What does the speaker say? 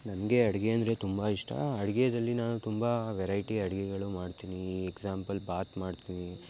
ನನಗೆ ಅಡುಗೆ ಅಂದರೆ ತುಂಬ ಇಷ್ಟ ಅಡ್ಗೆಯಲ್ಲಿ ನಾನು ತುಂಬ ವೆರೈಟಿ ಅಡುಗೆಗಳು ಮಾಡ್ತೀನಿ ಎಕ್ಸಾಂಪಲ್ ಬಾತ್ ಮಾಡ್ತೀನಿ